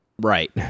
Right